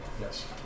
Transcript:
Yes